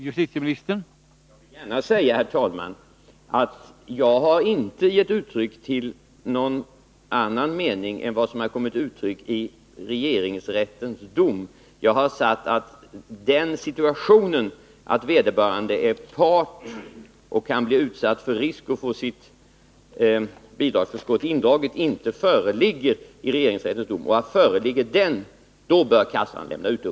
Herr talman! Jag vill gärna säga att jag inte har gett uttryck för någon annan mening än vad som kommit till uttryck i regeringsrättens dom. Jag har sagt att den situationen att vederbörande är part och kan bli utsatt för risk att få sitt bidragsförskott indraget inte föreligger i regeringsrättens dom och att om den situationen föreligger, då bör försäkrings ten.